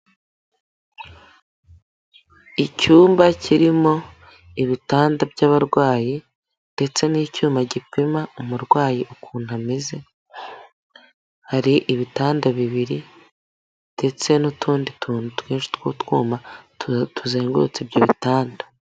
Icyumba kirimo ibitanda by'abarwayi ndetse n'icyuma gipima umurwayi ukuntu ameze, hari ibitanda bibiri ndetse n'utundi tuntu twinshi tw'utwuma tuzengurutse ibyo bitanda.